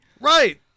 Right